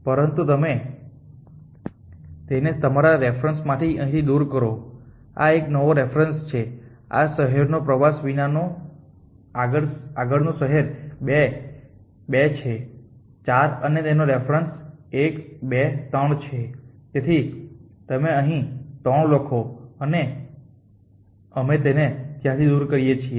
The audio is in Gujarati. પરંતુ તમે તેને તમારા રેફરન્સ માંથી અહીંથી દૂર કરો આ એક નવો રેફરન્સ છે આ શહેરનો પ્રવાસ વિનાનું આગળનું શહેર 2 છે 4 અને તેનો રેફરન્સ 1 2 3 છે તેથી તમે અહીં 3 લખો અને અમે તેને ત્યાંથી દૂર કરીએ છીએ